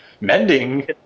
Mending